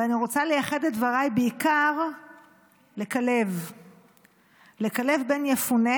ואני רוצה לייחד את דבריי בעיקר לכלב בן יפונה,